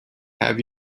have